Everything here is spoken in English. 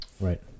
Right